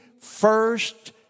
first